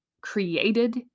created